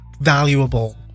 valuable